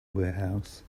warehouse